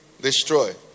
destroy